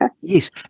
Yes